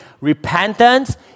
Repentance